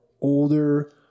older